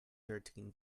thirteen